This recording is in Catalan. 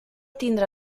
tindre